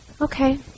Okay